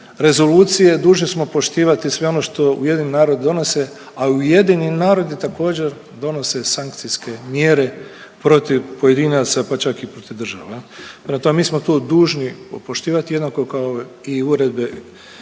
rezolucije, dužni smo poštivati sve ono što Ujedinjeni narodi donose, a Ujedinjeni narodi također donose sankcijske mjere protiv pojedinaca pa čak i protiv država. Prema tome mi smo tu dužni poštivati jednako kao i uredbe